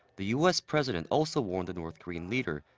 the u s. president also warned the north korean leader.